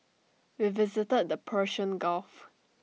we visited the Persian gulf